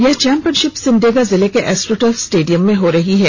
यह चैम्पियनशिप सिमडेगा जिले के स्ट्रोटर्फ स्टेडियम में हो रही है